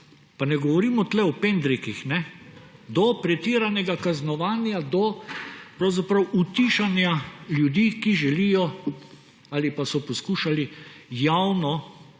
pa ne govorimo tukaj o pendrekih. Do pretiranega kaznovanja, pravzaprav do utišanja ljudi, ki želijo ali pa so poskušali javno